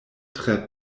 tre